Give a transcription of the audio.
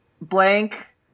blank